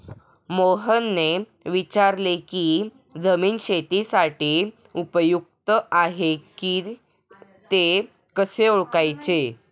मोहनने विचारले की जमीन शेतीसाठी उपयुक्त आहे का ते कसे ओळखायचे?